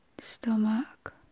Stomach